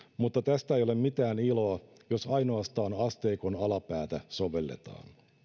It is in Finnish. mutta tästä ei ole mitään iloa jos ainoastaan asteikon alapäätä sovelletaan